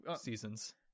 Seasons